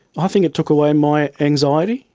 i think it took away my anxiety.